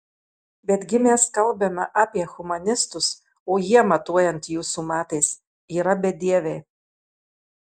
betgi mes kalbame apie humanistus o jie matuojant jūsų matais yra bedieviai